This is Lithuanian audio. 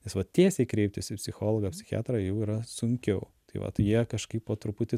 nes vat tiesiai kreiptis į psichologą psichiatrą jau yra sunkiau tai vat jie kažkaip po truputį